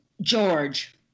George